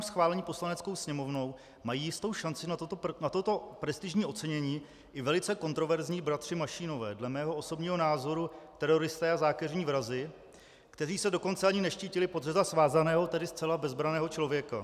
schválení Poslaneckou sněmovnou mají jistou šanci na toto prestižní ocenění i velice kontroverzní bratři Mašínové, dle mého osobního názoru teroristé a zákeřní vrazi, kteří se dokonce ani neštítili podřezat svázaného, tedy zcela bezbranného člověka.